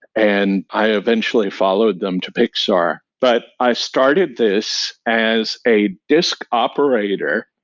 and i eventually followed them to pixar. but i started this as a disk operator,